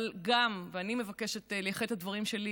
אבל גם, ואני מבקשת לייחד את הדברים שלי